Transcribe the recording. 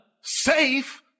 Safe